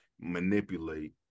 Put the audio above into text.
manipulate